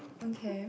okay